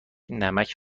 نمک